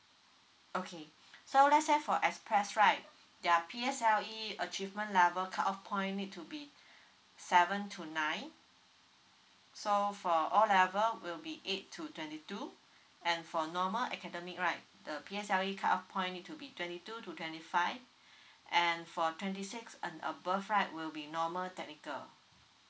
okay so let's say for express right their P_S_L_E achievement level cut off point need to be seven to nine so for O level will be eight to twenty two and for normal academic right the P_S_L_E cut off point need to be twenty two to twenty five and for twenty six and above right will be normal technical